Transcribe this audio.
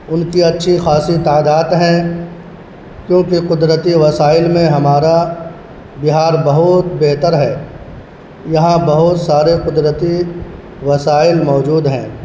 ان کی اچھی خاصی تعداد ہیں کیونکہ قدرتی وسائل میں ہمارا بہار بہت بہتر ہے یہاں بہت سارے قدرتی وسائل موجود ہیں